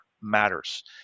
matters